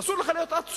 אסור לך להיות עצוב.